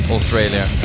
Australia